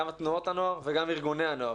גם תנועות הנוער וגם ארגוני הנוער,